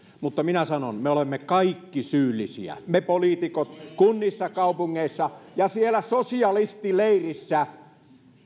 mutta minä sanon me olemme kaikki syyllisiä me poliitikot kunnissa kaupungeissa ja siellä sosialistileirissä